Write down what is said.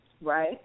Right